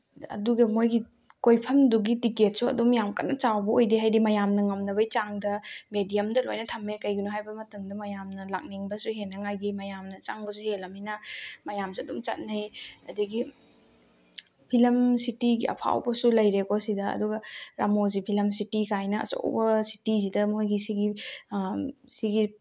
ꯑꯗꯨꯒ ꯃꯣꯏꯒꯤ ꯀꯣꯏꯐꯝꯗꯨꯒꯤ ꯇꯤꯀꯦꯠꯁꯨ ꯑꯗꯨꯝ ꯌꯥꯝ ꯀꯟꯅ ꯆꯥꯎꯕ ꯑꯣꯏꯗꯦ ꯍꯥꯏꯗꯤ ꯃꯌꯥꯝꯅ ꯉꯝꯅꯕꯒꯤ ꯆꯥꯡꯗ ꯃꯦꯗꯤꯌꯝꯗ ꯂꯣꯏꯅ ꯊꯝꯃꯦ ꯀꯩꯒꯤꯅꯣ ꯍꯥꯏꯕ ꯃꯇꯝꯗ ꯃꯌꯥꯝꯅ ꯂꯥꯛꯅꯤꯡꯕꯁꯨ ꯍꯦꯟꯅꯉꯥꯏꯒꯤ ꯃꯌꯥꯝꯅ ꯆꯪꯕꯁꯨ ꯍꯦꯜꯂꯝꯅꯤꯅ ꯃꯌꯥꯝꯁꯨ ꯑꯗꯨꯝ ꯆꯠꯅꯩ ꯑꯗꯒꯤ ꯐꯤꯂꯝ ꯁꯤꯇꯤꯒꯤ ꯑꯐꯥꯎꯕꯁꯨ ꯂꯩꯔꯦꯀꯣ ꯁꯤꯗ ꯑꯗꯨꯒ ꯔꯃꯣꯖꯤ ꯐꯤꯂꯝ ꯁꯤꯇꯤ ꯀꯥꯏꯅ ꯑꯆꯧꯕ ꯁꯤꯇꯤꯁꯤꯗ ꯃꯣꯏꯒꯤ ꯁꯤꯒꯤ ꯁꯤꯒꯤ